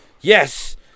Yes